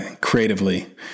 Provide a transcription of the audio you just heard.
creatively